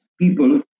people